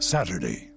Saturday